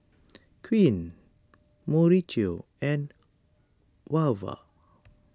Quint Mauricio and Wava